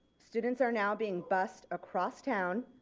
students are now being bussed across town,